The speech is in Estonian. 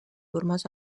urmas